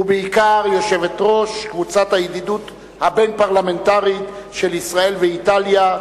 ובעיקר יושבת-ראש קבוצת הידידות הבין-פרלמנטרית של ישראל ואיטליה,